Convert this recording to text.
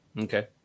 okay